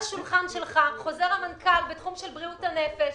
חוזר המנכ"ל בתחום בריאות הנפש,